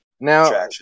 Now